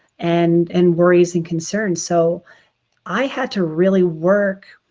and and worries and concerns. so i had to really work